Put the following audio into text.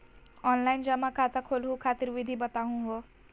Online जमा खाता खोलहु खातिर विधि बताहु हो?